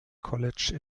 college